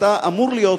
אתה אמור להיות,